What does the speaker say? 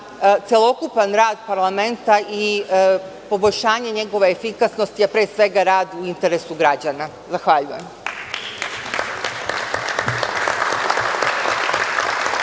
celokupan rad parlamenta i poboljšanje njegove efikasnosti, a pre svega rad u interesu građana. Zahvaljujem.